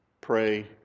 pray